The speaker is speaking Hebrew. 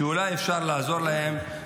שאולי אפשר לעזור להן.